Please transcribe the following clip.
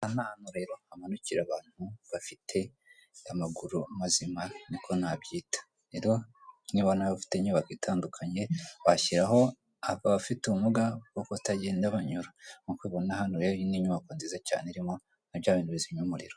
Rero aha hantu ureba hamanukira abantu bafite amaguru mazima niko nabyita. Rero niba nawe ufite inyubako itandukanye, washyiraho ahoabafite ubumuga bwo kutagenda banyura. Nk'uko ubibona hano ni inyubako nziza cyane irimo na bya bintu bizimya umuriro.